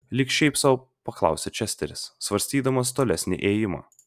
lyg šiaip sau paklausė česteris svarstydamas tolesnį ėjimą